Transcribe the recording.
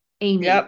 Amy